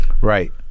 Right